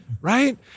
right